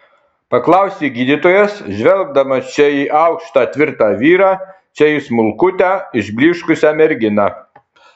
paklausė gydytojas žvelgdamas čia į aukštą tvirtą vyrą čia į smulkutę išblyškusią merginą